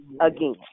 again